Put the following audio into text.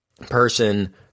person